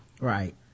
Right